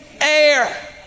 air